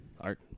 Art